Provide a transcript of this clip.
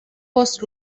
post